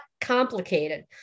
complicated